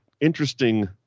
interesting